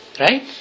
Right